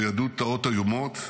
שידעו תלאות איומות,